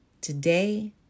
Today